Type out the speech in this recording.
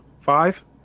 Five